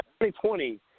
2020